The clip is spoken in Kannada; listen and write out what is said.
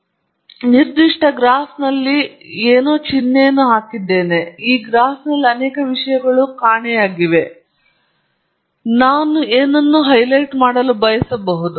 ಆದ್ದರಿಂದ ಮತ್ತೆ ನಾನು ಈ ನಿರ್ದಿಷ್ಟ ಗ್ರಾಫ್ನಲ್ಲಿ ಯಾವುದೇ ಚಿಹ್ನೆಯನ್ನು ಹಾಕಿದ್ದೇನೆ ಈ ಗ್ರಾಫ್ನಲ್ಲಿ ಅನೇಕ ವಿಷಯಗಳು ಕಾಣೆಯಾಗಿವೆ ಮತ್ತು ನಾನು ಹೈಲೈಟ್ ಮಾಡಲು ಬಯಸುವ ಏನೋ